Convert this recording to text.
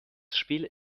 spiel